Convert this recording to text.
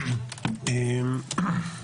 בבקשה.